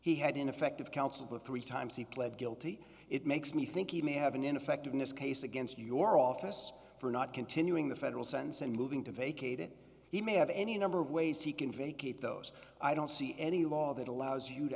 he had ineffective counsel three times he pled guilty it makes me think he may have an ineffectiveness case against your office for not continuing the federal sentence and moving to vacate it he may have any number of ways he can vacate those i don't see any law that allows you to